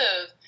move